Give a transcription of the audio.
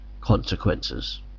Consequences